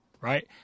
right